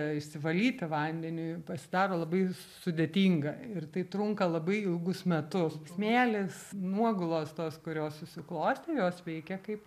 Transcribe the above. išsivalyti vandeniui pasidaro labai sudėtinga ir tai trunka labai ilgus metus smėlis nuogulos tos kurios susiklostė jos veikia kaip